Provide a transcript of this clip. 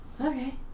Okay